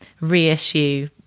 reissue